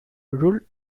ruled